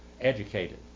educated